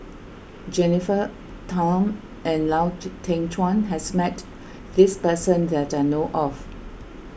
Jennifer Tham and Lau Teng Chuan has met this person that I know of